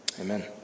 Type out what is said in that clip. Amen